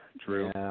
true